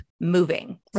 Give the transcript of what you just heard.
moving